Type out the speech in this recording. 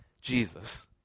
Jesus